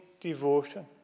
devotion